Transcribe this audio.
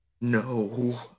no